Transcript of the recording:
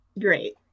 Great